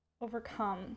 Overcome